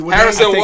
Harrison